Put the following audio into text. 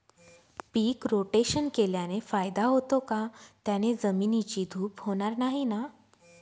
पीक rotation केल्याने फायदा होतो का? त्याने जमिनीची धूप होणार नाही ना?